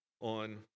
on